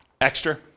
Extra